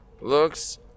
looks